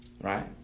right